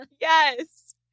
Yes